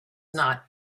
not